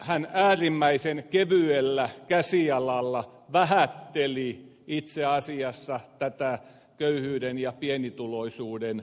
hän äärimmäisen kevyellä käsialalla itse asiassa vähätteli tätä köyhyyden ja pienituloisuuden ongelmaa